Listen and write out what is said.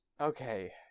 Okay